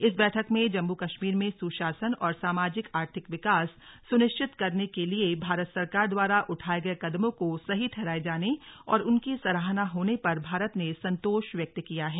इस बैठक में जम्मू कश्मीर में सुशासन और सामाजिक आर्थिक विकास सुनिश्चित करने के लिए भारत सरकार द्वारा उठाये गये कदमों को सही ठहराये जाने और उनकी सराहना होने पर भारत ने संतोष व्यक्त किया है